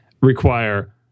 require